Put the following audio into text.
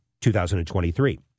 2023